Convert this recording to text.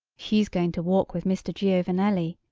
she's going to walk with mr. giovanelli,